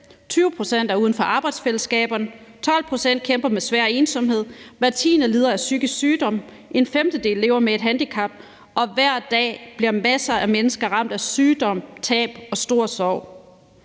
20 pct. er uden for arbejdsfællesskaber, 12 pct. kæmper med svær ensomhed, hver tiende lider af psykisk sygdom, en femtedel lever med et handicap, og hver dag bliver masser af mennesker ramt af sygdom, tab og stor sorg.